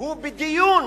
הוא בדיון